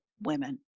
women